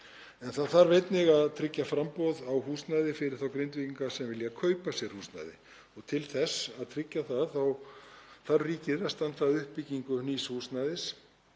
En það þarf einnig að tryggja framboð á húsnæði fyrir þá Grindvíkinga sem vilja kaupa sér húsnæði og til þess að tryggja það þarf ríkið að standa að uppbyggingu nýs húsnæðis